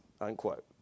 Unquote